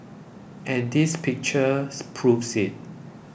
and this picture proves it